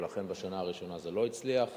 ולכן, בשנה הראשונה זה לא הצליח,